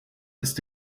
ist